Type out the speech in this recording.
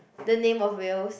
the name of whales